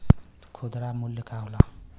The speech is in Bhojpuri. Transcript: खुदरा मूल्य का होला?